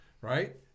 right